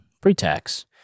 pre-tax